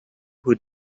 who